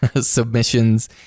submissions